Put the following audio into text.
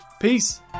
Peace